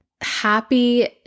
Happy